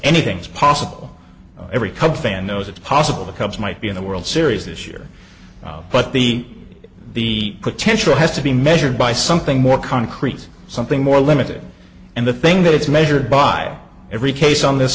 anything's possible every cup fan knows it's possible the cubs might be in the world series this year but b the potential has to be measured by something more concrete something more limited and the thing that is measured by every case on this